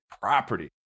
property